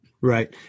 Right